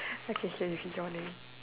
okay sure if you joining